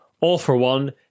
all-for-one